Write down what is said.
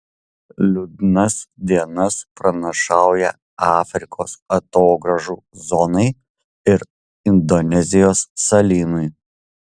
liūdnas dienas pranašauja afrikos atogrąžų zonai ir indonezijos salynui